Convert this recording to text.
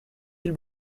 îles